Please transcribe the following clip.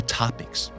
topics